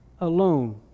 alone